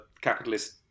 capitalist